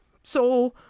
so,